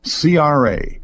CRA